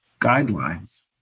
guidelines